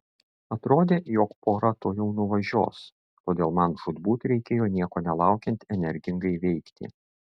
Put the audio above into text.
atrodė jog pora tuojau nuvažiuos todėl man žūtbūt reikėjo nieko nelaukiant energingai veikti